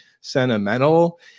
sentimental